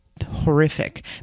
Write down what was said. horrific